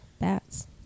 bats